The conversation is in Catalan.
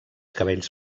cabells